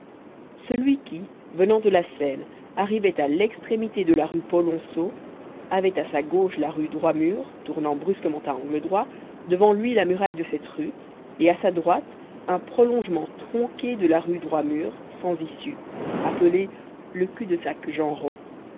celui qui venant de la seine arrivait à l'extrémité de la rue polonceau avait à sa gauche la rue droit mur tournant brusquement à angle droit devant lui la muraille de cette rue et à sa droite un prolongement tronqué de la rue droit mur sans issue appelé le cul-de-sac genrot c'est